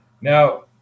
Now